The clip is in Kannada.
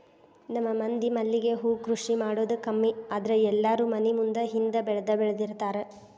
ನಮ್ಮ ಮಂದಿ ಮಲ್ಲಿಗೆ ಹೂ ಕೃಷಿ ಮಾಡುದ ಕಮ್ಮಿ ಆದ್ರ ಎಲ್ಲಾರೂ ಮನಿ ಮುಂದ ಹಿಂದ ಬೆಳ್ದಬೆಳ್ದಿರ್ತಾರ